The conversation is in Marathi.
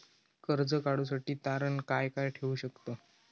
कर्ज काढूसाठी तारण काय काय ठेवू शकतव?